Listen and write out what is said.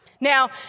Now